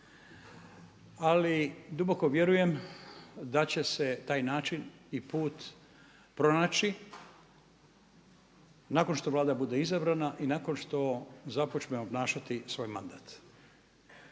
Ali duboko vjerujem da će se taj način i put pronaći nakon što Vlada bude izabrana i nakon što započne obnašanje svoj mandat.